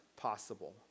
possible